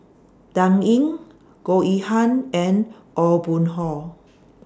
Dan Ying Goh Yihan and Aw Boon Haw